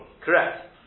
Correct